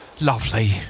lovely